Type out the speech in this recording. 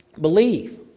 believe